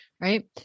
right